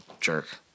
jerk